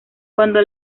cuando